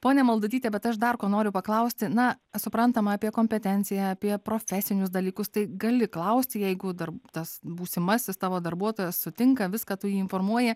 ponia maldutytė bet aš dar ko noriu paklausti na suprantama apie kompetenciją apie profesinius dalykus tai gali klausti jeigu dar tas būsimasis tavo darbuotojas sutinka viską tu jį informuoja